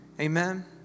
Amen